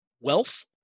wealth